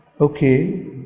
Okay